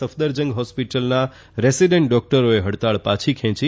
સફદરજંગ હોસઃપીટલના રેસીડેન્ટ ડોક્ટરોએ હડતાળ પાછી ખેંચી